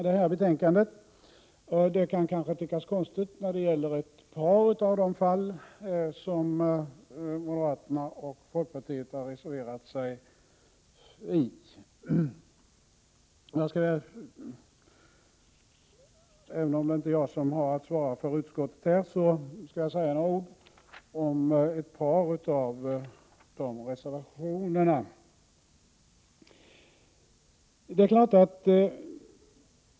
Det kan kanske tyckas konstigt när det gäller ett par av de moment som moderaterna och folkpartisterna har reserverat sig mot. Även om det inte är jag som har att svara för utskottet skall jag säga några ord om ett par av de reservationerna.